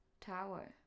Tower